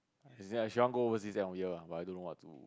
as in she wants go overseas then I will hear lah but I don't know what to